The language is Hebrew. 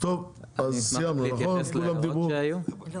אני אשמח להתייחס להערות שהיו.